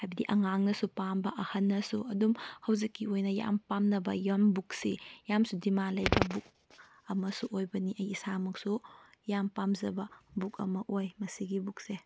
ꯍꯥꯏꯕꯗꯤ ꯑꯉꯥꯡꯅꯁꯨ ꯄꯥꯝꯕ ꯑꯍꯟꯅꯁꯨ ꯑꯗꯨꯝ ꯍꯧꯖꯤꯛꯀꯤ ꯑꯣꯏꯅ ꯌꯥꯝꯅ ꯄꯥꯝꯅꯕ ꯌꯝ ꯕꯨꯛꯁꯤ ꯌꯥꯝꯅꯁꯨ ꯗꯤꯃꯥꯟ ꯂꯩꯕ ꯕꯨꯛ ꯑꯃꯁꯨ ꯑꯣꯏꯕꯅꯤ ꯑꯩ ꯏꯁꯥꯃꯛꯁꯨ ꯌꯥꯝꯅ ꯄꯥꯝꯖꯕ ꯕꯨꯛ ꯑꯃ ꯑꯣꯏ ꯑꯁꯤꯒꯤ ꯕꯨꯛꯁꯦ